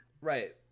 right